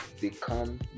become